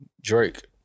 Drake